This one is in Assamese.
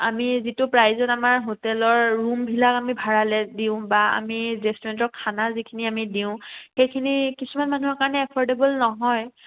আমি যিটো প্ৰাইজত আমাৰ হোটেলৰ ৰুমবিলাক আমি ভাড়ালৈ দিওঁ বা আমি ৰেষ্টুৰেণ্টৰ খানা যিখিনি আমি দিওঁ সেইখিনি কিছুমান মানুহৰ কাৰণে এফৰ্ডেবল নহয়